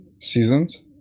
seasons